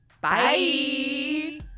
Bye